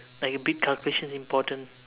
like a big calculation's important